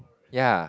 ya